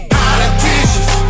politicians